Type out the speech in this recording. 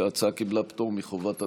ההצעה קיבלה פטור מחובת הנחה,